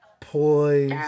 poise